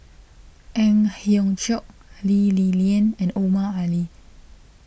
Ang Hiong Chiok Lee Li Lian and Omar Ali